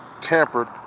tampered